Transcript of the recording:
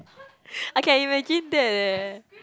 I can imagine that eh